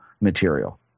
material